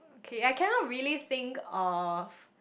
okay I cannot really think of